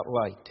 light